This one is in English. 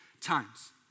times